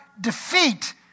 defeat